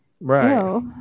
right